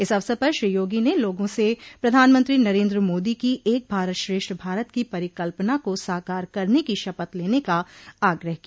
इस अवसर पर श्री योगी ने लोगों से प्रधानमंत्री नरेन्द्र मोदी की एक भारत श्रेष्ठ भारत की परिकल्पना को साकार करने की शपथ लेने का आग्रह किया